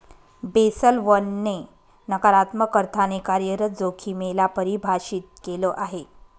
Basel one ने नकारात्मक अर्थाने कार्यरत जोखिमे ला परिभाषित केलं आहे